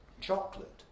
chocolate